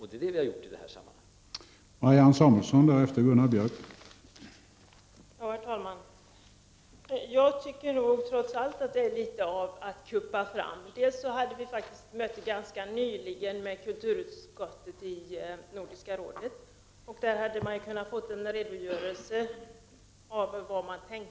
Det är det vi har gjort i detta sammanhang.